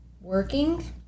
working